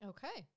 Okay